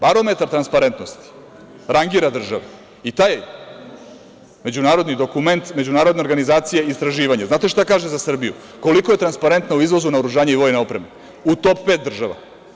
Barometar transparentnosti rangira državu i taj međunarodni dokument, međunarodna organizacija istraživanja, znate šta kaže za Srbiju koliko je transparentna u izvozu naoružanja i vojne opreme – u top pet država.